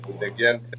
again